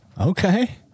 Okay